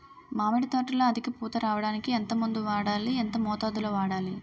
మామిడి తోటలో అధిక పూత రావడానికి ఎంత మందు వాడాలి? ఎంత మోతాదు లో వాడాలి?